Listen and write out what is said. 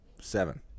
seven